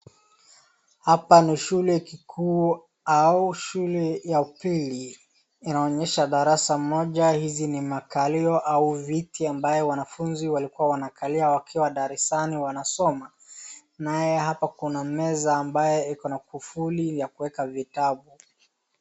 Hapa ni shule kikuu au shule ya upili inaonyesha darasa moja hizi ni makalio au viti ambayo wanafunzi walikuwa wanakalia wakiwa darasani wanasoma, nae hapa kuna meza ambaye iko na kufuli ya kuweka vitabu.